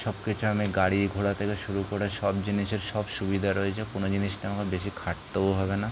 সব কিছু আমি গাড়ি ঘোড়া থেকে শুরু করে সব জিনিসের সব সুবিধা রয়েছে কোনো জিনিস নিয়ে আমাকে বেশি খাটতেও হবে না